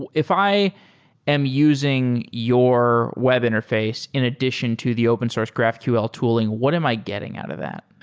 but if i am using your web interface in addition to the open source graphql tooling, what am i getting out of that?